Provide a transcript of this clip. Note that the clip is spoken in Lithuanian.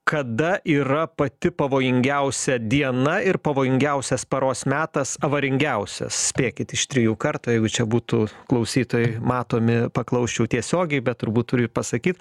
kada yra pati pavojingiausia diena ir pavojingiausias paros metas avaringiausias spėkit iš trijų kartų jau čia būtų klausytojai matomi paklausčiau tiesiogiai bet turbūt turiu pasakyt